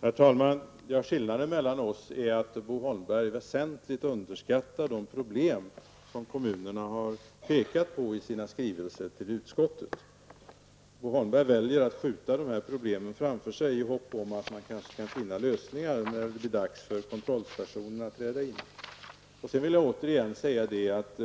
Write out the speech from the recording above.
Herr talman! Skillnaden mellan oss är att Bo Holmberg väsentligt underskattar de problem som kommunerna i sina skrivelser till utskottet har pekat på. Bo Holmberg väljer att skjuta problemen framför sig med hopp om att man kanske kan finna lösningar när det blir dags för kontrollstationerna att träda in. Jag vill återigen säga att